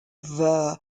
vir